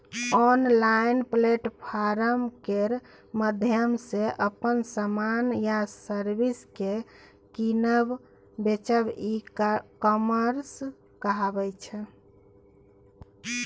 online platform केर माध्यमसँ अपन समान या सर्विस केँ कीनब बेचब ई कामर्स कहाबै छै